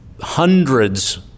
hundreds